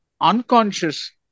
unconscious